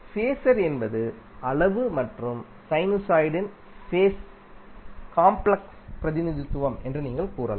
phasor என்பது அளவு மற்றும் சைனுசாய்டின் ஃபேஸ் த்தின் காம்ப்ளெக்ஸ் பிரதிநிதித்துவம் என்று நீங்கள் கூறலாம்